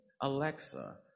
Alexa